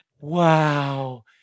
wow